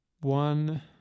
one